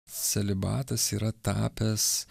celibatas yra tapęs